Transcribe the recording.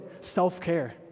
self-care